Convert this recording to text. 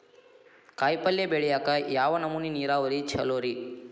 ಕಾಯಿಪಲ್ಯ ಬೆಳಿಯಾಕ ಯಾವ ನಮೂನಿ ನೇರಾವರಿ ಛಲೋ ರಿ?